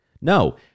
No